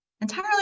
Entirely